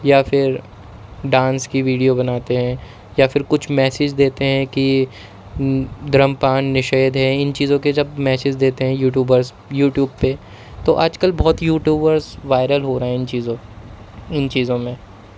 یا پھر ڈانس کی ویڈیو بناتے ہیں یا پھر کچھ میسیج دیتے ہیں کہ دھمر پان نشید ہے ان چیزوں کی جب میسیج دیتے ہیں یوٹیوبرس یوٹیوب پہ تو آج کل بہت یوٹیوبرس وائرل ہو رہے ہیں ان چیزوں پہ ان چیزوں میں